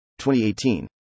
2018